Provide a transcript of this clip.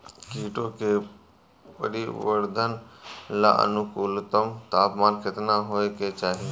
कीटो के परिवरर्धन ला अनुकूलतम तापमान केतना होए के चाही?